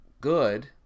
good